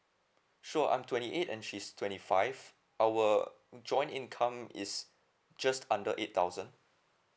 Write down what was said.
sure I'm twenty eight and she's twenty five our join income is just under eight thousand